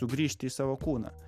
tu grįžti į savo kūną